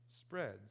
spreads